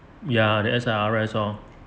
ya the S_I_R_S oh